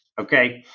Okay